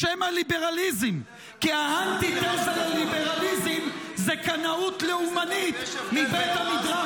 בשם הליברליזם -- יש הבדל בין משהו זמני לבין משהו